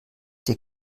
dir